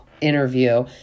interview